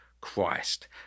Christ